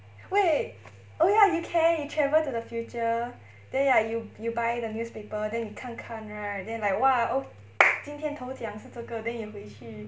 wait oh ya you can you travel to the future then like you you buy the newspaper then you 看看 right then like !wah! 今天头奖是这个 then you 回去